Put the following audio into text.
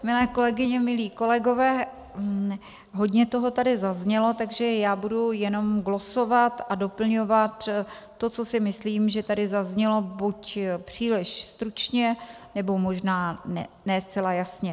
Milé kolegyně, milí kolegové, hodně toho tady zaznělo, takže já budu jenom glosovat a doplňovat to, co si myslím, že tady zaznělo buď příliš stručně, nebo možná ne zcela jasně.